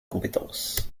compétence